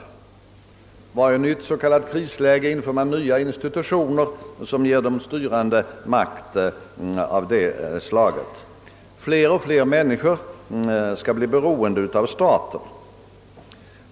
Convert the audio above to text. I varje nytt s.k. krisläge inför man nya institutioner som ger de styrande makt av det slaget. Fler och fler människor skall bli beroende av staten.